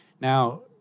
Now